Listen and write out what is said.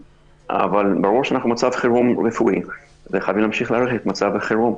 אבל ברור שאנחנו במצב חירום רפואי וחייבים להמשיך להאריך את מצב החירום.